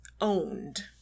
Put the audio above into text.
owned